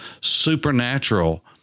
supernatural